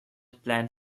plant